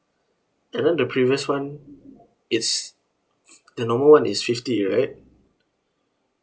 and then the previous one it's the normal one is fifty right